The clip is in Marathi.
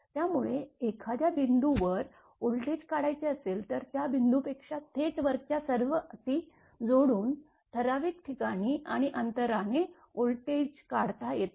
त्यामुळे एखाद्या बिंदू वर वोल्टेज काढायचे असेल तर त्या बिंदूपेक्षा थेट वरच्या सर्व अटी जोडून ठराविक ठिकाणी आणि अंतराने व्होल्टेज काढता येते